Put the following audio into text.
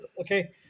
Okay